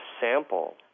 sample